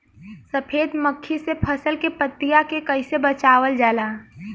सफेद मक्खी से फसल के पतिया के कइसे बचावल जाला?